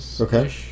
okay